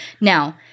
Now